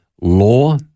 law